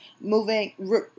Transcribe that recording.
Moving